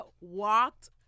walked